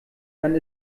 dann